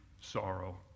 sorrow